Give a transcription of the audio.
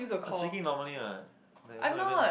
I speaking normally what like not even